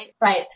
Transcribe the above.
Right